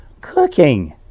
Cooking